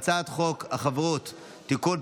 הצעת חוק החברות (תיקון,